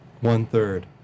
one-third